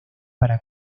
para